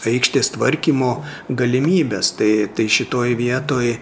aikštės tvarkymo galimybes tai tai šitoj vietoj